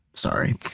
Sorry